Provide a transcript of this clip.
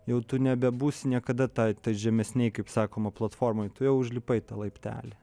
jau tu nebebūsi niekada tai žemesnėje kaip sakoma platformoj tu jau užlipai tą laiptelį